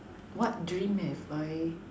what dream have I